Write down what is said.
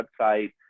website